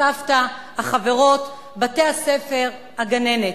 הסבתא, החברות, בתי-הספר, הגננת.